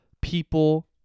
people